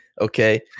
Okay